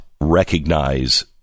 recognize